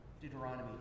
Deuteronomy